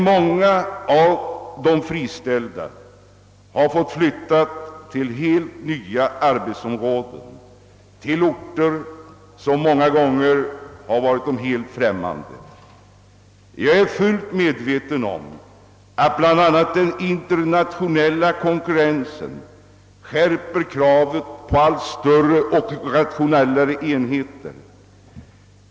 Många av de friställda har dock fått flytta till helt nya arbetsområden och till orter som varit dem helt främmande. Jag är fullt medveten om att bl.a. den internationella konkurrensen skärper kravet på allt större och rationellare enheter.